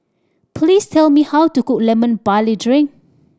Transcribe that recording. please tell me how to cook Lemon Barley Drink